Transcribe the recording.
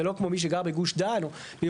זה לא כמו מי שגר בגוש דן או בירושלים,